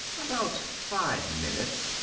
about five minutes.